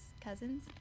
cousins